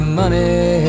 money